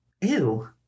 Ew